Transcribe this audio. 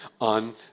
on